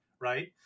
Right